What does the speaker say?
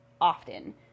often